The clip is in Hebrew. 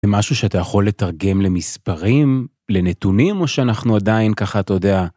זה משהו שאתה יכול לתרגם למספרים, לנתונים, או שאנחנו עדיין ככה, אתה יודע